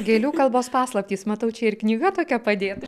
gėlių kalbos paslaptys matau čia ir knyga tokia padėta